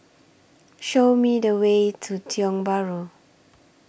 Show Me The Way to Tiong Bahru